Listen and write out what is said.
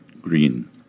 Green